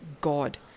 God